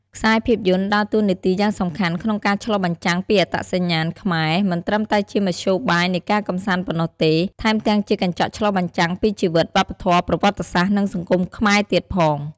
ខ្សែភាពយន្តដើរតួនាទីយ៉ាងសំខាន់ក្នុងការឆ្លុះបញ្ចាំងពីអត្តសញ្ញាណខ្មែរ មិនត្រឹមតែជាមធ្យោបាយនៃការកម្សាន្តប៉ុណ្ណោះទេ ថែមទាំងជាកញ្ចក់ឆ្លុះបញ្ចាំងពីជីវិត វប្បធម៌ ប្រវត្តិសាស្ត្រ និងសង្គមខ្មែរទៀតផង។